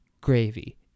gravy